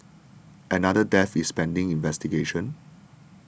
another death is pending investigation